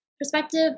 perspective